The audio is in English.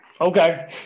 Okay